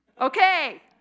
Okay